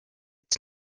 its